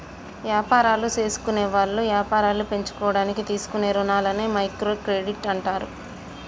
యాపారాలు జేసుకునేవాళ్ళు యాపారాలు పెంచుకోడానికి తీసుకునే రుణాలని మైక్రో క్రెడిట్ అంటారు